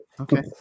Okay